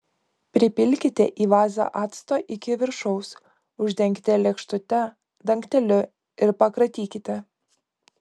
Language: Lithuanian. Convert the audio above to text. pripilkite į vazą acto iki viršaus uždenkite lėkštute dangteliu ir pakratykite